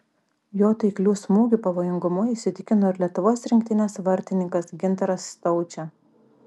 jo taiklių smūgių pavojingumu įsitikino ir lietuvos rinktinės vartininkas gintaras staučė